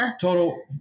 total